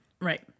Right